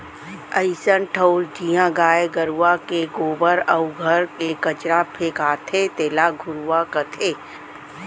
अइसन ठउर जिहॉं गाय गरूवा के गोबर अउ घर के कचरा फेंकाथे तेला घुरूवा कथें